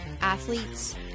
athletes